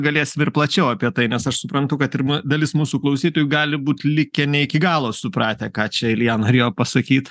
galėsim ir plačiau apie tai nes aš suprantu kad ir mū dalis mūsų klausytojų gali būt likę ne iki galo supratę ką čia ilja norėjo pasakyt